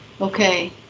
Okay